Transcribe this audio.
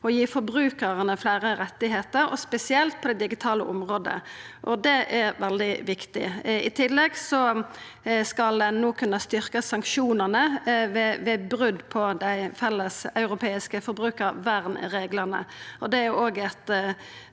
og gi forbrukarane fleire rettar, spesielt på det digitale området. Det er veldig viktig. I tillegg skal ein no kunna styrkja sanksjonane ved brot på dei felles europeiske forbrukarvernreglane,